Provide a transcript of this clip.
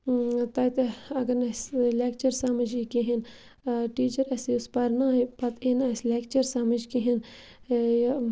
تَتہِ اگر نہٕ اَسہِ لیٚکچَر سَمٕجھ یی کِہیٖنۍ ٹیٖچَر اَسہِ یُس پَرنایہِ پَتہٕ یی نہٕ اَسہِ لیٚکچَر سَمٕجھ کِہیٖنۍ